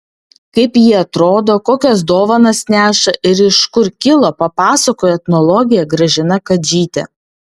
kaip ji atrodo kokias dovanas neša ir iš kur kilo papasakojo etnologė gražina kadžytė